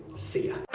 see